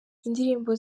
indirimbo